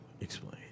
Explain